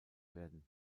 werden